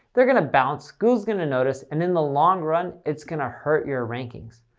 they're going to bounce, google is going to notice, and in the long run it's going to hurt your rankings.